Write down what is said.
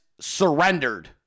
surrendered